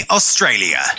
Australia